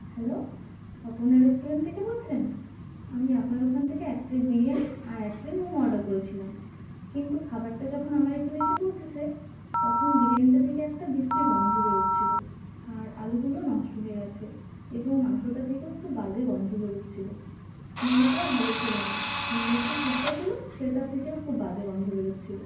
hello Aparna restaurant থেকে বলছেন আমি আপনার ওখান থেকে এক প্লেট বিরিয়ানি আর এক প্লেট মোমো অর্ডার করেছিলাম কিন্তু খাবারটা যখন আমার এখানে এসে পৌঁছেছে তখন বিরিয়ানিটা থেকে একটা বিশ্রী গন্ধ বেরোচ্ছিলো আর আলুগুলো নষ্ট হয়ে গেছে এবং মাংসটা থেকেও খুব বাজে গন্ধ বেরোচ্ছিলো মোমোটাও ভালো ছিল না মোমোর যে সুপটা ছিল সেটা থেকেও খুব বাজে গন্ধ বেরোচ্ছিলো